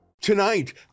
Tonight